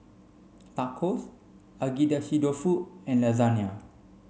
Tacos Agedashi dofu and Lasagna